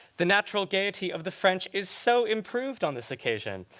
the natural gaiety of the french is so improved on this occasion,